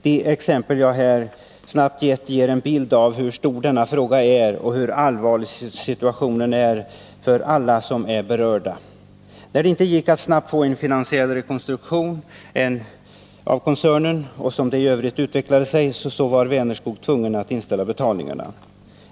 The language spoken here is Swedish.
De exempel jag här redovisat ger en bild av hur stor denna fråga är och hur allvarlig situationen är för alla berörda. När det inte gick att snabbt få en rekonstruktion av koncernen och på grund av utvecklingen i övrigt var Vänerskog tvunget att inställa betalningarna.